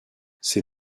ses